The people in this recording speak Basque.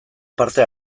parte